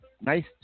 nice